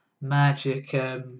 magic